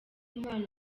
mpano